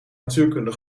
natuurkunde